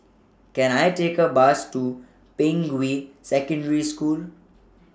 Can I Take A Bus to Ping We Secondary School